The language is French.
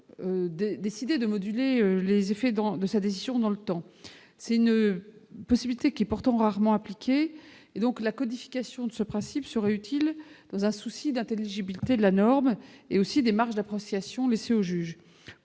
décider de moduler les effets de sa décision dans le temps. Cette possibilité est pourtant rarement appliquée. La codification de ce principe serait donc utile, dans un souci de bonne intelligibilité de la norme, et pour laisser des marges d'appréciation au juge.